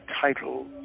title